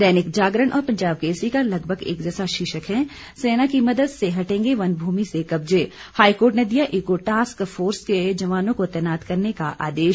दैनिक जागरण और पंजाब केसरी का लगभग एक सा शीर्षक है सेना की मदद से हटेंगे वन भूमि से कब्जे हाईकोर्ट ने दिया इको टास्क फोर्स के जवानों को तैनात करने का आदेश